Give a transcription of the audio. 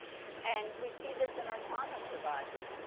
and we see this in our trauma survivors.